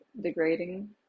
degrading